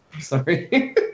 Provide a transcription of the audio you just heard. Sorry